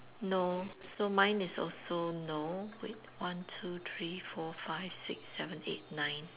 no so mine is also no wait one two three four five six seven eight nine